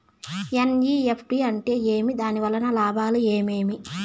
NEFT అంటే ఏమి? దాని వలన లాభాలు ఏమేమి